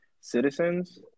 citizens